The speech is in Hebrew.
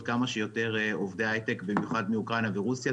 כמה שיותר עובדי היי-טק במיוחד מאוקראינה ורוסיה.